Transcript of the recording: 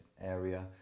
area